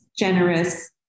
Generous